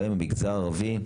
בהן המגזר הערבי,